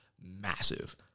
massive